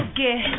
get